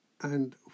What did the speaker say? And